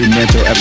mental